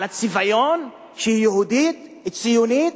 על הצביון שהיא יהודית, ציונית?